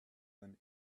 than